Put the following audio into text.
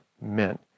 meant